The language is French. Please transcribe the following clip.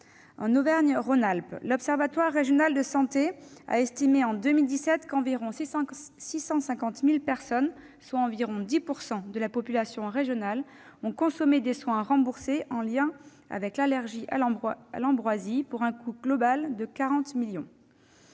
En Auvergne-Rhône-Alpes, l'observatoire régional de santé estimait en 2017 que quelque 650 000 personnes, soit environ 10 % de la population régionale, avaient consommé des soins remboursés en lien avec l'allergie à l'ambroisie, pour un coût global de 40 millions